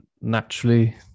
naturally